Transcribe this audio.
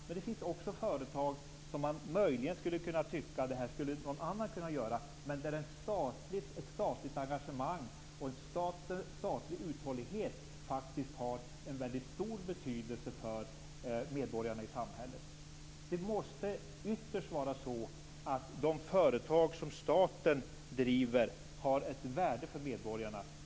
Det finns också företag där man möjligen kan tycka att det här skulle någon annan kunna göra men där ett statligt engagemang och en statlig uthållighet faktiskt har väldigt stor betydelse för medborgarna i samhället. Det måste ytterst vara så att de företag som staten driver har ett värde för medborgarna.